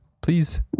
Please